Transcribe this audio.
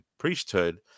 priesthood